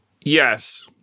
Yes